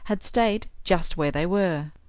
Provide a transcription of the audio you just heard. had stayed just where they were.